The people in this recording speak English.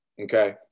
okay